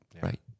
Right